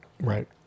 right